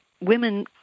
women